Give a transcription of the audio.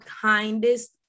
kindest